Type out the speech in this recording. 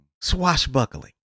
swashbuckling